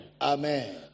Amen